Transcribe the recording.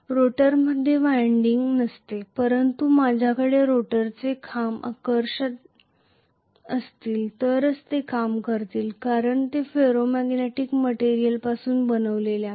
रोटरमध्ये वाइंडिंग नसते परंतु माझ्याकडे रोटरचे खांब आकर्षण असतील तरच ते काम करतील कारण ते फेरो मॅग्नेटिक मटेरियल पासून बनलेले आहे